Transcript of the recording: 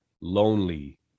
lonely